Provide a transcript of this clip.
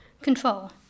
Control